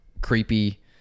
creepy